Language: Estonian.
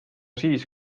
siis